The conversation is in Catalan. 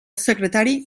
secretari